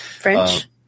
French